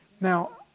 Now